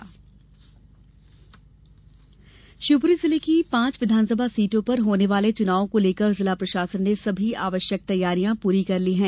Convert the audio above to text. शिवपुरी चुनाव तैयारी शिवपुरी जिले की पांच विघानसभा सीटों पर होने वाले चुनावों को लेकर जिला प्रशासन ने सभी आवश्यक तैयारियां पूरी कर ली हैं